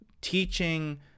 teaching